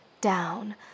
down